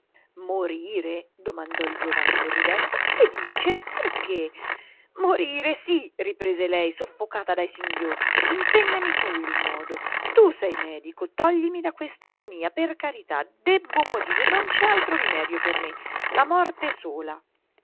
morire domandò il giovane sorridendo che dice perché morire sì riprese lei soffocata dai singhiozzi insegnami tu il modo tu sei medico toglimi da questa agonia per carità debbo morire non c'è altro rimedio per me la morte sola